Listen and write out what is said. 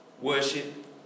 Worship